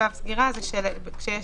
ולכן אותה תקופה קובעת בעצם שלעולם לא